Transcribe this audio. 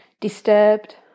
disturbed